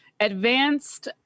advanced